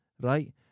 Right